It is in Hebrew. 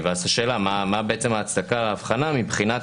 ואז השאלה מה בעצם ההצדקה להבחנה מבחינת